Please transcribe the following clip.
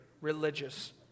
religious